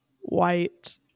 White